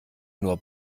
nur